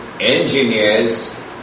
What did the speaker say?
engineers